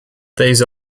these